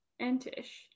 Entish